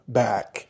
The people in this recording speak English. back